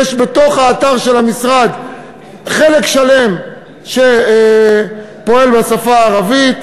יש בתוך האתר של המשרד חלק שלם שפועל בשפה הערבית.